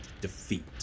defeat